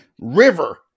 river